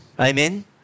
Amen